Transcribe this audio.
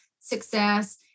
success